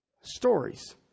stories